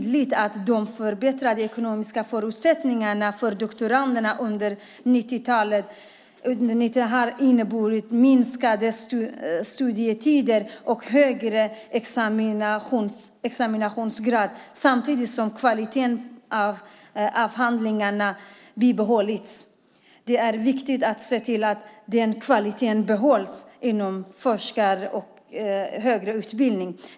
De under 90-talet förbättrade ekonomiska förutsättningarna för doktorander har inneburit kortare studietid och en högre examinationsgrad samtidigt som kvaliteten på avhandlingarna behållits. Det är viktigt att se till att den kvaliteten behålls inom forskarutbildning och högre utbildning.